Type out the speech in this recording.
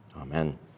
Amen